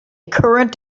current